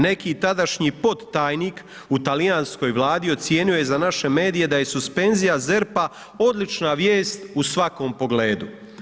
Neki tadašnji podtajnik u talijanskoj Vladi ocijenio je za naše medije da je suspenzija ZERP-a odlična vijest u svakom pogledu.